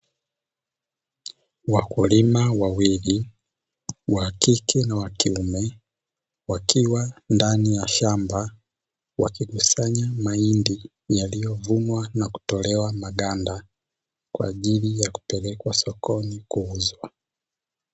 Wakulima wawili wa kike na wa kiume, wakiwa ndani ya shamba wakikusanya mahindi yaliyovunwa na kutolewa maganda kwa ajili ya kupelekwa sokoni kuuzwa.